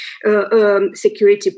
security